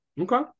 Okay